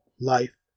life